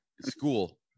school